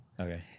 Okay